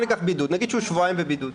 נגיד שהוא שבועיים בבידוד.